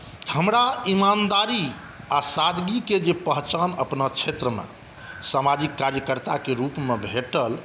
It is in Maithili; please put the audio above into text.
हमरा ईमानदारी आ सादगीके जे पहचान अपना क्षेत्रमे सामाजिक कार्यकर्त्ताके रूपमे भेटल